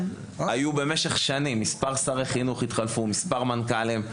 התחלפו מספר מנכ״לים ומספר שרי חינוך במשך השנים,